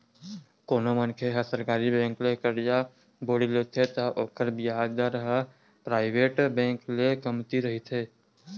कोनो मनखे ह सरकारी बेंक ले करजा बोड़ी लेथे त ओखर बियाज दर ह पराइवेट बेंक ले कमती रहिथे